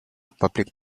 public